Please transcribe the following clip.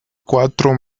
cuatro